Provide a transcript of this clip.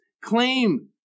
claim